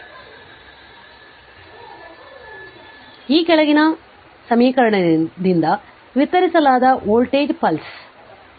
ಆದ್ದರಿಂದ ಈ ಕೆಳಗಿನ ಸಮೀಕರಣದಿಂದ ವಿತರಿಸಲಾದ ವೋಲ್ಟೇಜ್ ಪಲ್ಸ್ 0